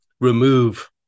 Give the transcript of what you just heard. remove